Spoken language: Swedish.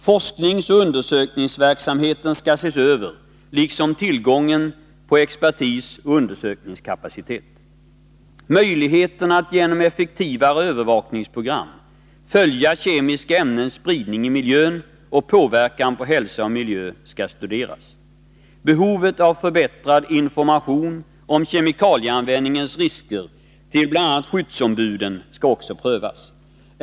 Forskningsoch undersökningsverksamheten skall ses över liksom tillgången på expertis och undersökningskapacitet. Möjligheterna att genom effektivare övervakningsprogram följa kemiska ämnens spridning i miljön och påverkan på hälsa och miljö skall studeras. Behovet av förbättrad information om kemikalieanvändningens risker till bl.a. skyddsombuden skall också prövas.